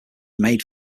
made